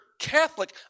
Catholic